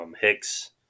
Hicks